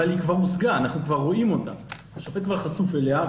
אבל היא כבר הושגה והשופט כבר חשוף אליה.